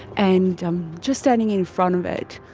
and i'm just standing in front of it.